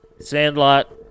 Sandlot